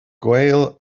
gael